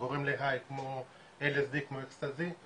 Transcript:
הוא גורם להיי כמו LSD כמו אקסטזי,